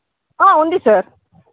ఉంది సార్